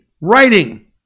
writing